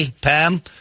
Pam